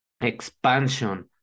expansion